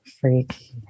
Freak